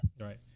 Right